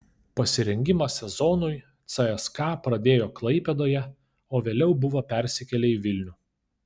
pasirengimą sezonui cska pradėjo klaipėdoje o vėliau buvo persikėlę į vilnių